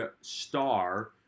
star